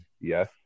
Yes